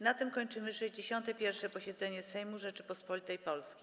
Na tym kończymy 61. posiedzenie Sejmu Rzeczypospolitej Polskiej.